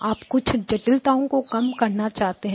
आप कुछ जटिलताओं को कम करना चाहते हैं